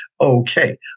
Okay